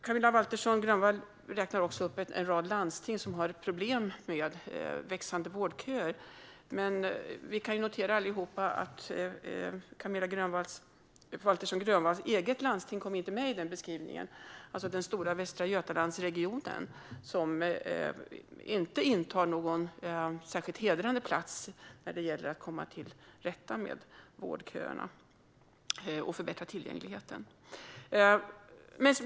Camilla Waltersson Grönvall räknar också upp en rad landsting där man har problem med växande vårdköer, men vi kunde allihop notera att Camilla Waltersson Grönvalls eget landsting inte kom med i den beskrivningen. Det är alltså den stora Västra Götalandsregionen, som inte intar någon särskilt hedrande plats när det gäller att komma till rätta med vårdköerna och förbättra tillgängligheten.